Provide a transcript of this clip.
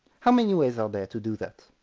how many ways are there to do that?